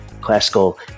classical